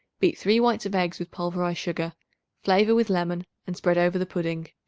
beat three whites of eggs with pulverized sugar flavor with lemon and spread over the pudding.